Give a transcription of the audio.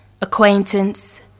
acquaintance